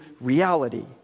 reality